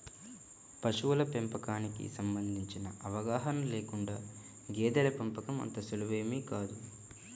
పశువుల పెంపకానికి సంబంధించిన అవగాహన లేకుండా గేదెల పెంపకం అంత సులువేమీ కాదు